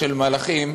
של מלאכים,